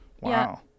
Wow